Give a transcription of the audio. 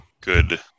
Good